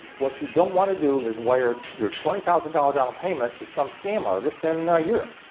what you don't want to do is wire your twenty thousand dollars down payment to some scam artist and and europe.